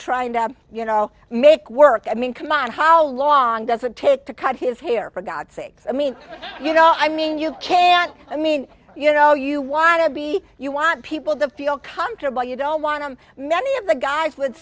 trying to you know make work i mean c'mon how long does it take to cut his hair for god sakes i mean you know i mean you can't i mean you know you want to be you want people to feel comfortable you don't want to many of the guys would